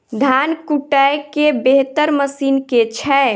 धान कुटय केँ बेहतर मशीन केँ छै?